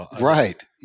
Right